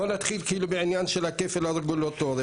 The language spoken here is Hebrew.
בואו נתחיל בעניין של הכפל הרגולטורי.